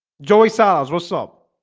joey sars what's up?